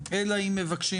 אלא אם מבקשים